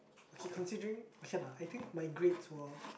okay considering okay lah I think my grades were